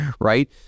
Right